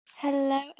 Hello